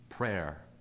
prayer